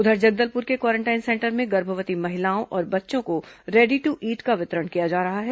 उधर जगदलपुर के quarantine centre में गर्भवती महिलाओं और बच्चों को रेडी दू ईंट का वितरण किया जा रहा है